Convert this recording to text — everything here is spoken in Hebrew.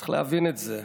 צריך להבין את זה: